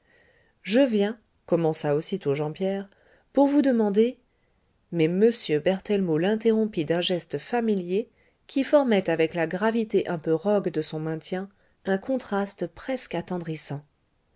je viens commença aussitôt jean pierre pour vous demander mais m berthellemot l'interrompit d'un geste familier qui formait avec la gravité un peu rogue de son maintien un contraste presque attendrissant